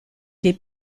des